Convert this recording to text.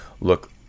look